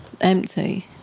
empty